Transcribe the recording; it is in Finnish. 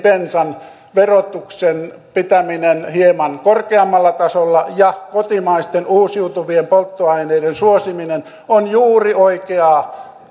bensan verotuksen pitäminen hieman korkeammalla tasolla ja kotimaisten uusiutuvien polttoaineiden suosiminen on juuri oikeaa